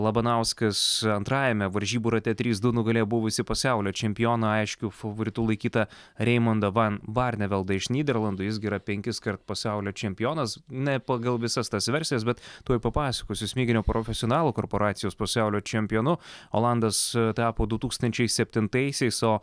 labanauskas antrajame varžybų rate trys du nugalėjo buvusį pasaulio čempioną aiškiu favoritu laikytą reimondą van varneveldą iš nyderlandų jis gi yra penkiskart pasaulio čempionas ne pagal visas tas versijas bet tuoj papasakosiu smiginio profesionalų korporacijos pasaulio čempionu olandas tapo du tūkstančiai septintaisiais o